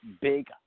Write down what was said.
big